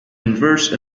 inverse